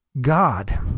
God